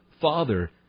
Father